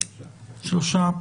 שלושה.